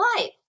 life